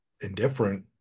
indifferent